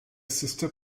sister